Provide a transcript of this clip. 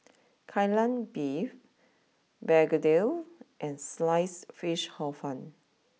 Kai Lan Beef Begedil and sliced Fish Hor fun